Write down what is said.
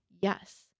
yes